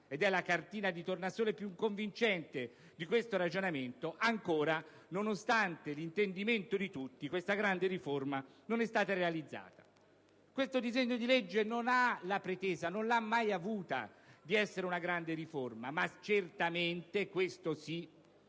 ed è la cartina di tornasole più convincente di questo ragionamento - ancora, nonostante l'intendimento di tutti, non è stata realizzata. Questo disegno di legge non ha la pretesa - non l'ha mai avuta - di essere una grande riforma, ma certamente (questo sì,